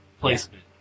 Placement